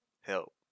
help